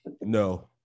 No